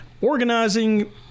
organizing